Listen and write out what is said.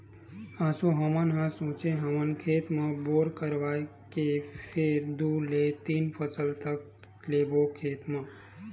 एसो हमन ह सोचे हवन खेत म बोर करवाए के फेर दू ले तीन फसल तक लेबो खेत म